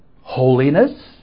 holiness